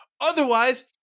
Otherwise